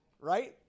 right